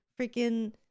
freaking